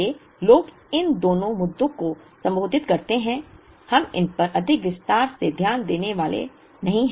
इसलिए लोग इन दोनों मुद्दों को संबोधित करते हैं हम इन पर अधिक विस्तार से ध्यान देने वाले नहीं हैं